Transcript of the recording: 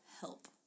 help